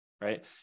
right